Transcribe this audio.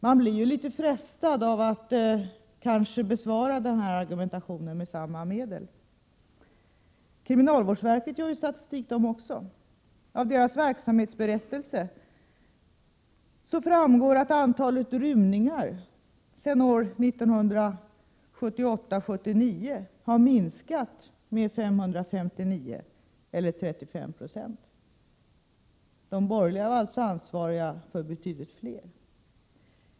Man kan nästan bli frestad att besvara sådan argumentation med samma medel. Också kriminalvårdsverket gör ju statistik. Av dess verksamhetsberättelse framgår att antalet rymningar sedan år 1978/79 har minskat med 559 eller 35 26. De borgerliga var alltså ansvariga för betydligt fler.